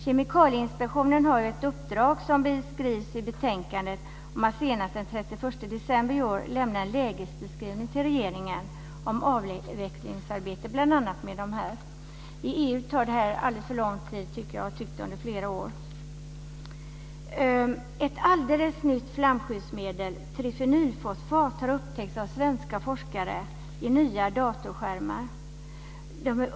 Kemikalieinspektionen har ett uppdrag som beskrivs i betänkandet. Senast den 31 december i år ska man till regeringen lämna en lägesbeskrivning om avvecklingsarbetet, bl.a. när det gäller dessa medel. I EU tar det här alldeles för lång tid, tycker jag och det har jag tyckt i flera år. Ett alldeles nytt flamskyddsmedel, trifenylfosfat, har upptäckts av svenska forskare i nya datorskärmar.